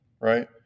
right